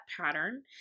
pattern